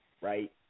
Right